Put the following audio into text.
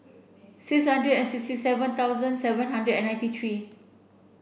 six hundred and sixty seven thousand seven hundred and ninety three